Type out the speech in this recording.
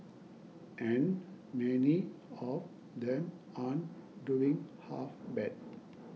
and many of them aren't doing half bad